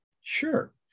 Sure